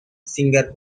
singer